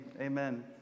Amen